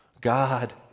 God